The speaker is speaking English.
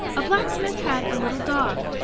a blacksmith had a little dog,